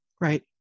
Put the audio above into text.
Right